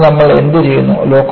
അതിനാൽ നമ്മൾ എന്തുചെയ്യുന്നു